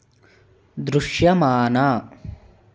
దృశ్యమాన